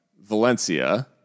Valencia